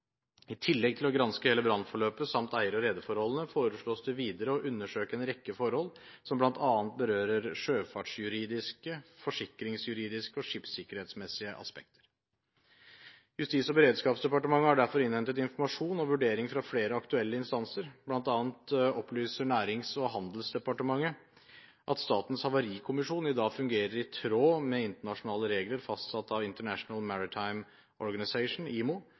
I tillegg til å granske hele brannforløpet samt eier- og rederforholdene foreslås det videre å undersøke en rekke forhold som bl.a. berører sjøfartsjuridiske, forsikringsjuridiske og skipssikkerhetsmessige aspekter. Justis- og beredskapsdepartementet har derfor innhentet informasjon og vurderinger fra flere aktuelle instanser. Blant annet opplyser Nærings- og handelsdepartementet at Statens havarikommisjon i dag fungerer i tråd med internasjonale regler fastsatt av International Maritime Organization, IMO,